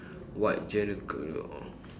what genre of